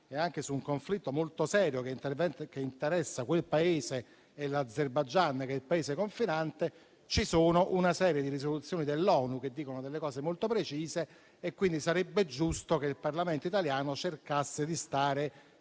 e anche sul conflitto molto serio che interessa quel Paese e l'Azerbaigian, quello confinante, ci sono una serie di risoluzioni dell'ONU che dicono cose molto precise. Sarebbe quindi giusto che il Parlamento italiano cercasse di stare